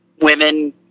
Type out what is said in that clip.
women